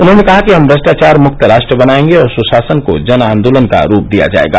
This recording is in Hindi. उन्होंने कहा कि हम भ्रष्टाचार मुक्त राष्ट्र बनाएंगे और सुशासन को जन आंदोलन का रूप दिया जाएगा